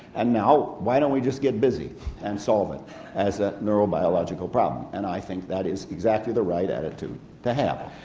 and now, why don't we just get busy and solve it as a neurobiological problem, and i think that is exactly the right attitude to have.